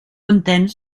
entens